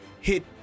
hit